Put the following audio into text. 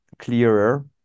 clearer